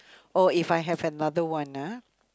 oh if I have another one ah